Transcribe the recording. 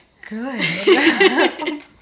Good